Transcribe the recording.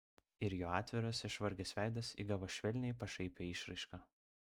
ir jo atviras išvargęs veidas įgavo švelniai pašaipią išraišką